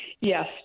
Yes